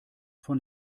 von